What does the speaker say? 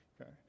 Okay